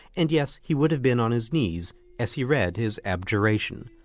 and yes, he would have been on his knees as he read his adjuration,